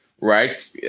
right